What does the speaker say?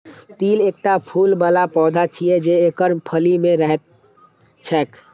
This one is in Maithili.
तिल एकटा फूल बला पौधा छियै, जे एकर फली मे रहैत छैक